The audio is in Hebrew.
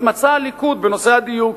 את מצע הליכוד בנושא הדיור.